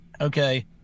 okay